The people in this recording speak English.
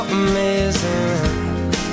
Amazing